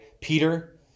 Peter